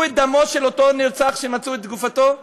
את דמו של אותו נרצח שמצאו את גופתו?